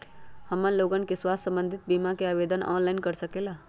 हमन लोगन के स्वास्थ्य संबंधित बिमा का आवेदन ऑनलाइन कर सकेला?